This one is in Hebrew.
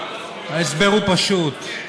ההסבר הוא פשוט.